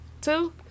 Two